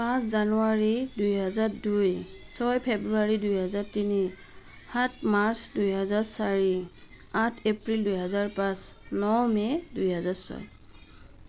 পাঁচ জানুৱাৰী দুহেজাৰ দুই ছয় ফেব্ৰুৱাৰী দুহেজাৰ তিনি সাত মাৰ্চ দুহেজাৰ চাৰি আঠ এপ্ৰিল দুহেজাৰ পাঁচ ন মে দুহেজাৰ ছয়